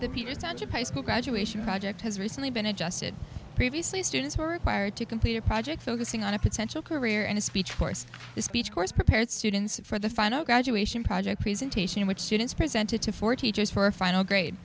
buy school graduation project has recently been adjusted previously students were required to complete a project focusing on a potential career and a speech course the speech course prepared students for the final graduation project presentation which students presented to four teachers for a final grade